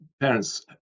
parents